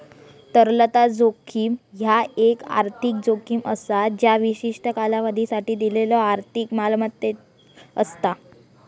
तरलता जोखीम ह्या एक आर्थिक जोखीम असा ज्या विशिष्ट कालावधीसाठी दिलेल्यो आर्थिक मालमत्तेक असता